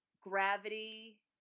Gravity